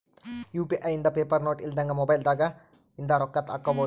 UPI ಇಂದ paper note ಇಲ್ದಂಗ mobile ದಾಗ ಇಂದ ರೊಕ್ಕ ಹಕ್ಬೊದು